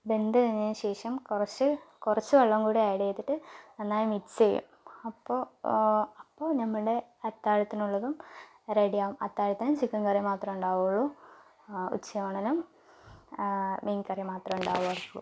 വെന്ത് കഴിഞ്ഞതിന് ശേഷം കുറച്ച് കുറച്ച് വെള്ളം കൂടെ ഏഡ്ഡ് ചെയ്തിട്ട് നന്നായി മിക്സ് ചെയ്യുക അപ്പോൾ അപ്പോൾ നമ്മുടെ അത്താഴത്തിനുള്ളതും റെഡിയാവും അത്താഴത്തിന് ചിക്കൻ കറി മാത്രമേ ഉണ്ടാവുള്ളൂ ഉച്ചയൂണിനും മീൻ കറി മാത്രമേ ഉണ്ടാവാറുള്ളൂ